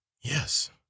Yes